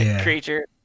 creature